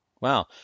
Wow